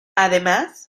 además